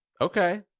Okay